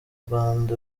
rwanda